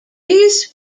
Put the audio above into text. these